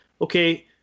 okay